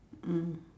mm